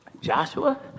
Joshua